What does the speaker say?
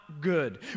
good